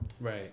right